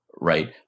Right